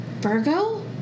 Virgo